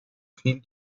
viel